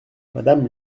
madame